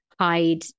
hide